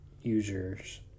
Users